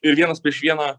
ir vienas prieš vieną